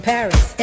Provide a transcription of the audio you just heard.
Paris